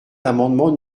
l’amendement